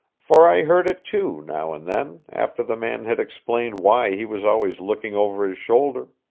for i heard it too, now and then, after the man had explained why he was always looking over his shoulder.